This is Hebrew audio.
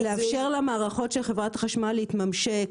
לאפשר למערכות של חברת החשמל להתממשק